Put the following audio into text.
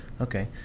Okay